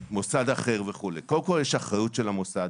יש אחריות של המוסד